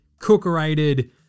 Cookerated